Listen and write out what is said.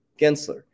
Gensler